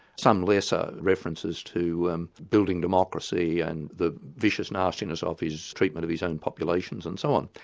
some lesser references to building democracy and the vicious nastiness of his treatment of his own populations and so on.